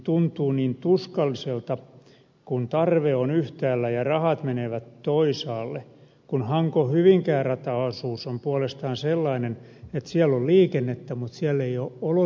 tuntuu niin tuskalliselta kun tarve on yhtäällä ja rahat menevät toisaalle kun hankohyvinkää rataosuus on puolestaan sellainen että siellä on liikennettä mutta siellä eivät olosuhteet ole kunnossa